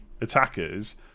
attackers